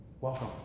Welcome